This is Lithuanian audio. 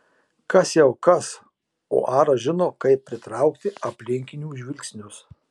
kas jau kas o aras žino kaip pritraukti aplinkinių žvilgsnius